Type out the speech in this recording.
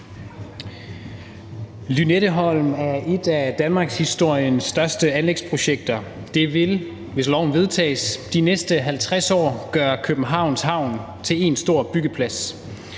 Lynetteholm er et af danmarkshistoriens største anlægsprojekter. Det vil, hvis loven vedtages, de næste 50 år gøre Københavns Havn til én stor byggeplads